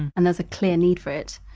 and there's a clear need for it.